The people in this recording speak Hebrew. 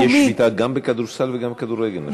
יש שביתה גם בכדורסל וגם בכדורגל נשים?